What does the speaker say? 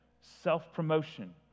self-promotion